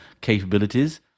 capabilities